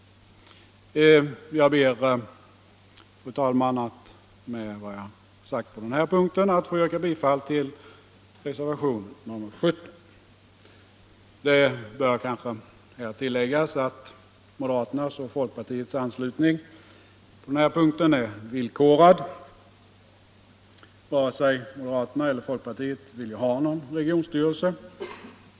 Jag ber, fru talman, att med vad jag sagt på den här punkten få yrka bifall till reservationen 17. Det bör kanske tilläggas att moderaternas och folkpartiets anslutning på den här punkten är villkorlig. Varken moderaterna eller folkpartiet vill ju ha någon regionstyrelse.